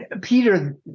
Peter